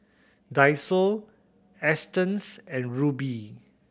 Daiso Astons and Rubi